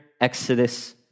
exodus